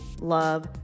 love